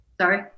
Sorry